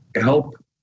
help